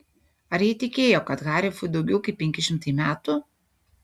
ar ji tikėjo kad harifui daugiau kaip penki šimtai metų